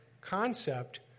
concept